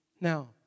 Now